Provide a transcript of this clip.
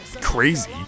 crazy